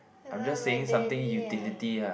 you like my daddy eh